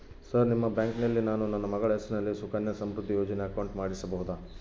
Sir ನಿಮ್ಮ ಬ್ಯಾಂಕಿನಲ್ಲಿ ನಾನು ನನ್ನ ಮಗಳ ಹೆಸರಲ್ಲಿ ಸುಕನ್ಯಾ ಸಮೃದ್ಧಿ ಯೋಜನೆ ಅಕೌಂಟ್ ಮಾಡಿಸಬಹುದಾ?